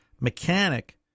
mechanic